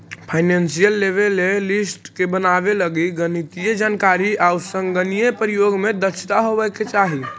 financial लेवे के list बनावे लगी गणितीय जानकारी आउ संगणकीय प्रयोग में दक्षता होवे के चाहि